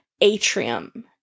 atrium